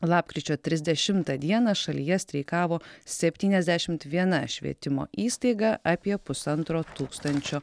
lapkričio trisdešimtą dieną šalyje streikavo septyniasdešimt viena švietimo įstaiga apie pusantro tūkstančio